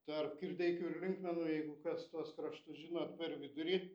tarp kirdeikių ir linkmenų jeigu kas tuos kraštus žinot per vidurį